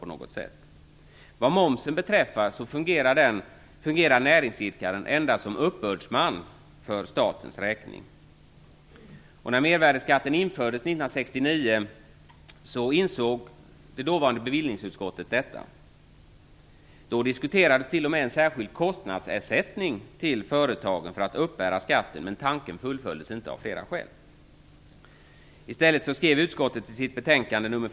I fråga om momsen fungerar näringsidkaren endast som uppbördsman för statens räkning. När mervärdesskatten infördes 1969 insåg det dåvarande bevillningsutskottet detta. Då diskuterades t.o.m. en särskild kostnadsersättning till företagen, men tanken fullföljdes av flera skäl inte. I stället skrev utskottet i sitt betänkande nr.